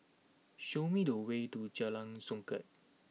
show me the way to Jalan Songket